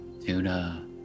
Tuna